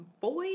boy